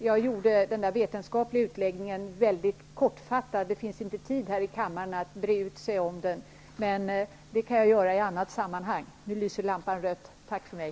Jag gjorde den vetenskapliga utläggningen väldigt kortfattad -- det finns inte tid att breda ut sig om det här i kammaren, men det kan jag göra i annat sammanhang. Nu lyser lampan i bänken rött -- tack för mig.